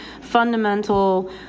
fundamental